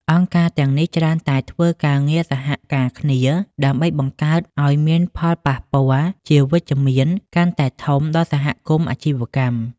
អង្គការទាំងនេះច្រើនតែធ្វើការងារសហការគ្នា ដើម្បីបង្កើតឱ្យមានផលប៉ះពាល់ជាវិជ្ជមានកាន់តែធំដល់សហគមន៍អាជីវកម្ម។